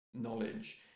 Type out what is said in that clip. knowledge